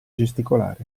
gesticolare